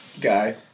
Guy